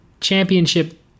championship